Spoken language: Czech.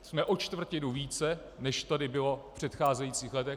Jsme o čtvrtinu více, než tady bylo v předcházejících letech.